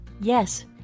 Yes